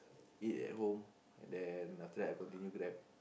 eat at home and then after that I continue Grab